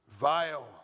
vile